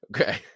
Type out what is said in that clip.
Okay